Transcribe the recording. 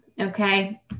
okay